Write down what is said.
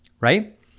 right